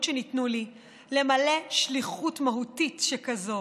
שניתנו לי למלא שליחות מהותית שכזאת,